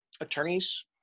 attorneys